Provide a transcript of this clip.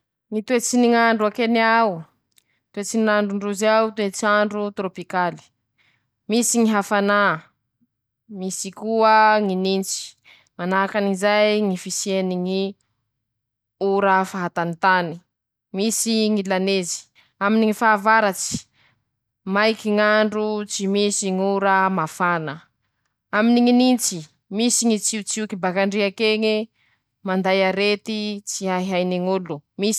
Ñy toetsy ny ñ'andro a Kenia ao: Toetsy n'andro ndrozy ao, toetr'andro torôpikaly, misy ñy hafanà, misy koa ñy nintsy, manahakan'izay ñy fisiany ñ'ora fahatanitany, misy ñy lanezy, aminy ñy fahavaratsy, maiky ñ'andro tsy misy ñ'ora mafana, aminy ñy nintsy, misy ñy tsiotsioky bak'andriak'eñy manday arety tsy haihain'olo.